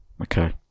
Okay